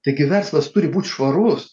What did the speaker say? taigi verslas turi būt švarus